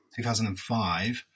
2005